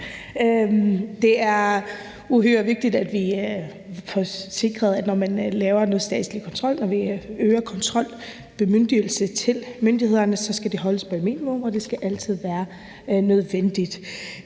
Det er uhyre vigtigt, at vi får sikret, at når man laver noget statslig kontrol og når man øger en kontrolbemyndigelse til myndighederne, så skal det holdes på et minimum, og det skal altid være nødvendigt.